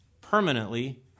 permanently